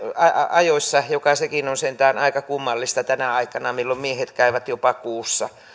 ajoissa mikä sekin on sentään aika kummallista tänä aikana milloin miehet käyvät jopa kuussa